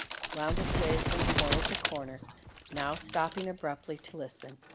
wound its way from corner to corner now stopping abruptly to listen,